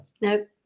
Nope